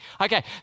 Okay